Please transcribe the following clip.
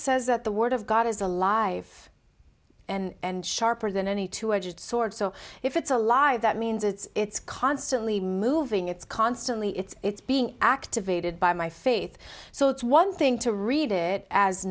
says that the word of god is alive and sharper than any two edged sword so if it's a lie that means it's constantly moving it's constantly it's being activated by my faith so it's one thing to read it as